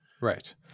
Right